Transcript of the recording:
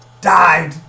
died